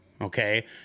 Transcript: Okay